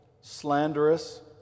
slanderous